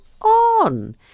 on